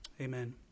Amen